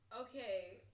okay